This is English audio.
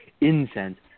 incense